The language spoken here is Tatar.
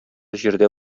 җирдә